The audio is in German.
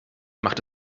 macht